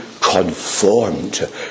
conformed